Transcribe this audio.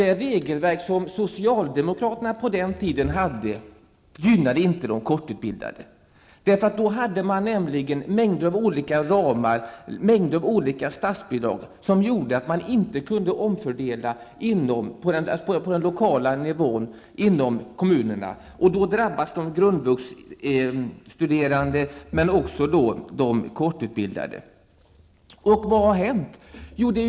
Det regelverk som socialdemokraterna på den tiden hade skapat gynnade inte de kortutbildade. Det fanns mängder av olika ramar och statsbidrag som gjorde att man på den lokala nivån inte kunde omfördela inom kommunerna. Därigenom drabbades de grundvuxstuderande och de kortutbildade. Vad har hänt sedan dess?